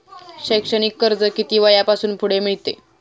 शैक्षणिक कर्ज किती वयापासून पुढे मिळते?